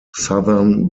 southern